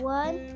one